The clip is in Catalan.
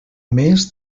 més